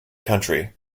country